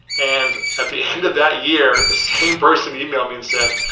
and at the end of that year, the same person emailed me and said,